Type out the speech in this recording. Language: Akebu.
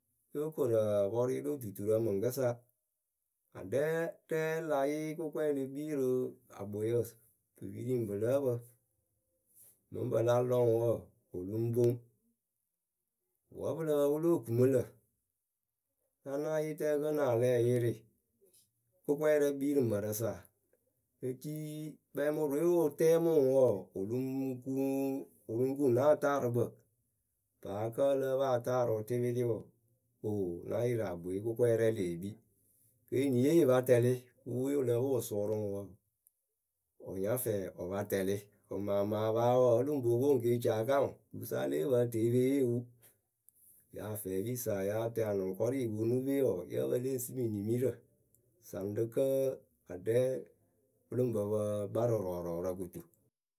yóo korɨ ǝa pɔrʊ yɨlo duturǝ mɨŋkɨsa Aɖɛɛ rɛ la yɩɩ kʊkɔɛ le kpii rɨ akpoyǝ, pɨ piri ŋwʊ pɨ lǝ́ǝ pǝ Mɨŋ pɨ la lɔ ŋwʊ wɔɔ, wɨ lɨŋ poŋ, wǝ́ pɨ lǝ pǝ pɨ lóo ku mɨ lǝ̈, naanaayeetǝǝ ǝkǝnɨŋ alɛɛ yɩrɩ kʊkɔɛ rɛ kpii rɨ mǝrɨsa?. Ecii kpɛɛmʊrʊwe wɨ tɛɛmɨ ŋwʊ wɔɔ, wɨ lɨŋ kuŋ wɨ lɨŋ kuŋ na wɨtaarɨkpǝ, paa kǝ́ ǝ lǝ́ǝ pɨ a taarɨʊ tɩpɩrɩ wɔɔ, oo ŋ́ na yɩrɩ akpoe kʊkɔɛ rɛ lee kpii, kɨ eniye yɨ pa tɛlɩ wɨ we wɨ lǝ pɨ wɨ sʊʊrʊ ŋwʊ wɔɔ, wɨ nya fɛɛ wʊ pa tɛlɩ kɨmaamaa paa wɔɔ o lɨ ŋ po pwo ŋwɨ kɨ e ci a kaŋ ŋwʊ, tuusa e le yee pee tɨ epe yee wʊ.,Ŋyaafɛɛpisa wǝ́ yáa tɛŋ anʊŋkɔrɩɩ yɨ ponu pe wɔɔ yǝ́ǝ pǝ le ŋ simi nimirǝ saŋ rɨ kǝ́ aɖɛɛ. wɨ lɨ ŋ pǝ pǝ gbarɨrɔɔrɔɔrǝ kɨto.